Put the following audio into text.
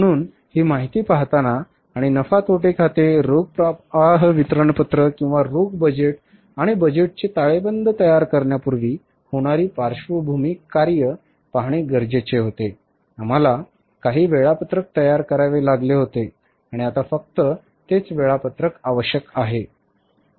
म्हणून ही माहिती पाहताना आणि नफा तोटा खाते रोख प्रवाह विवरणपत्र किंवा रोख बजेट आणि बजेटचे ताळेबंद तयार करण्यापूर्वी होणारी पार्श्वभूमी कार्य पाहणे गरजेचे होते आम्हाला काही वेळापत्रक तयार करावे लागले होते आणि आता फक्त तेच वेळापत्रक आवश्यक आहे